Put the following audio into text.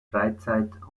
freizeit